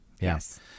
Yes